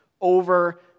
over